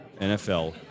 NFL